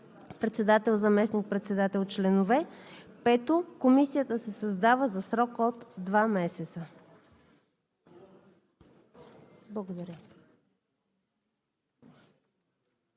председател, заместник-председател, членове. 5. Комисията се създава за срок от два месеца.“ Благодаря.